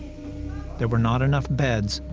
there were not enough beds,